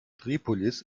tripolis